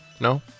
No